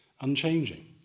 unchanging